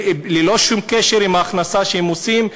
ללא שום קשר עם ההכנסה שהם מקבלים,